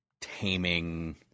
taming